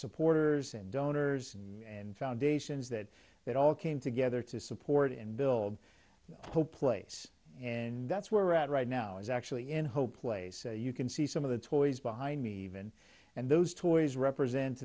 supporters and donors and foundations that that all came together to support and build hope place and that's where we're at right now is actually in hope place you can see some of the toys behind me even and those toys represent